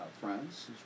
friends